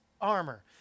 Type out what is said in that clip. armor